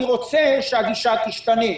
אני רוצה שהגישה תשתנה.